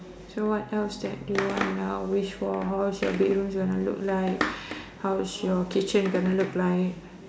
so what house that you want wish for a house the bedroom you want to look like how the kitchen going to look like